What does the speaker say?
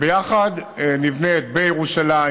ביחד נבנה בירושלים,